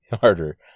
harder